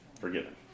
forgiven